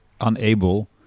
unable